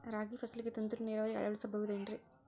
ರಾಗಿ ಫಸಲಿಗೆ ತುಂತುರು ನೇರಾವರಿ ಅಳವಡಿಸಬಹುದೇನ್ರಿ?